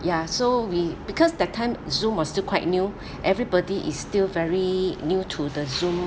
ya so we because that time zoom was still quite new everybody is still very new to the zoom